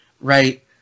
right